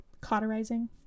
cauterizing